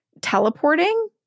teleporting